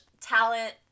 talent